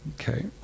Okay